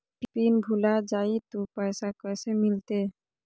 Pin भूला जाई तो पैसा कैसे मिलते?